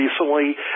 recently